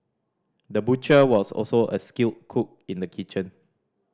the butcher was also a skilled cook in the kitchen